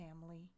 family